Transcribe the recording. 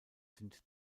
sind